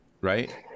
right